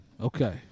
Okay